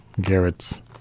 Garrett's